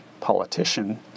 politician